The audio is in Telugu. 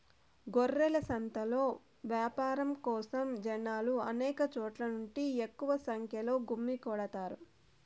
గొర్రెల సంతలో యాపారం కోసం జనాలు అనేక చోట్ల నుంచి ఎక్కువ సంఖ్యలో గుమ్మికూడతారు